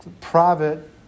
private